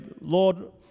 Lord